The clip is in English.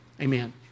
Amen